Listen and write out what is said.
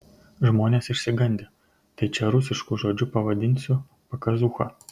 žmonės išsigandę tai čia rusišku žodžiu pavadinsiu pakazūcha